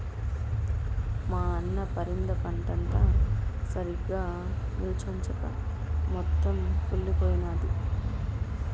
మా అన్న పరింద పంటంతా సరిగ్గా నిల్చొంచక మొత్తం కుళ్లిపోయినాది